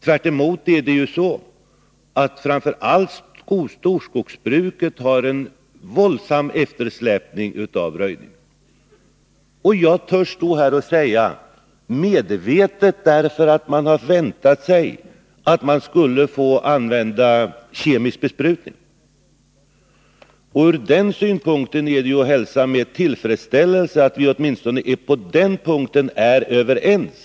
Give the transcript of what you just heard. Tvärtom råder det framför allt inom storskogsbruket en våldsam eftersläpning i fråga om röjning. Jag törs säga att det är medvetet, därför att man har väntat sig att få använda kemisk besprutning. Ur den synpunkten kan man hälsa med tillfredsställelse att vi åtminstone på den punkten är överens.